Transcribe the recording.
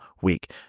week